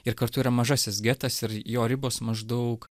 ir kartu yra mažasis getas ir jo ribos maždaug